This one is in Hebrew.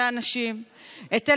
את האנשים את,